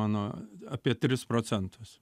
mano apie tris procentus